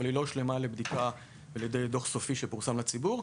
אבל היא לא הושלמה לכדי דוח סופי ולא פורסמה לציבור.